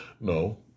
No